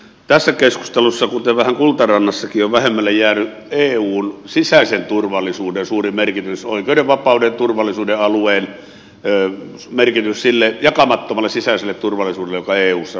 tässä keskustelussa kuten vähän kultarannassakin on vähemmälle jäänyt eun sisäisen turvallisuuden suuri merkitys oikeuden vapauden turvallisuuden alueen merkitys sille jakamattomalle sisäiselle turvallisuudelle joka eussa on